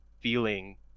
feeling